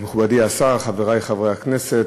מכובדי השר, חברי חברי הכנסת,